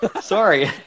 sorry